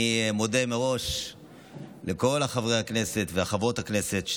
אני מודה מראש לכל חברי הכנסת וחברות הכנסת,